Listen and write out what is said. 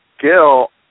Gil